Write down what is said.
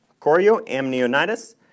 chorioamnionitis